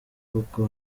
koko